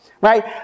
right